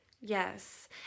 Yes